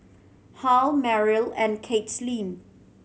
Hal Meryl and Kaitlyn